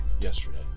yesterday